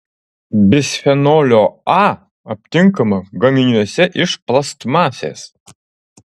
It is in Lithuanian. bisfenolio a aptinkama gaminiuose iš plastmasės